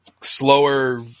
slower